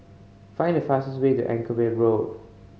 find the fastest way to Anchorvale Road